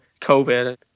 COVID